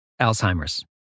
Alzheimer's